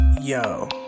yo